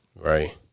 Right